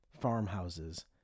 farmhouses